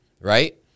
Right